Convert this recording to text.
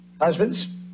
Husbands